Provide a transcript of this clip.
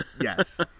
Yes